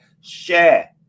share